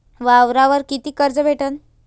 वावरावर कितीक कर्ज भेटन?